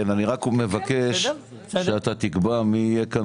כן אני רק מבקש שאתה תקבע מי יהיה כאן